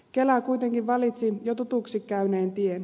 kela kuitenkin valitsi jo tutuksi käyneen tien